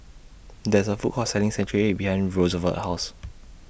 There IS A Food Court Selling Century Egg behind Rosevelt's House